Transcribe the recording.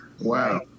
Wow